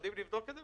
יודעים לבדוק את זה,